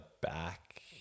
back